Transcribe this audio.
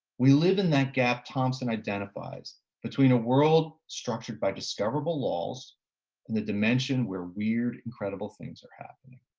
we live in that gap. thompson identifies between a world structured by discoverable laws and the dimension where weird, incredible things are happening.